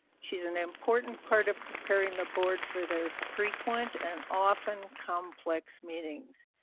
she is an important part of preparing the board for their frequent and often-complex meetings.